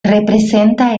representa